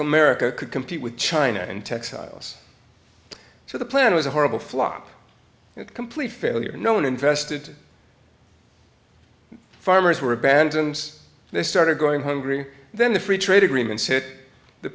america could compete with china and textiles so the plan was a horrible flop complete failure known invested farmers were abandoned they started going hungry then the free trade agreements hit the